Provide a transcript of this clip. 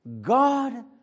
God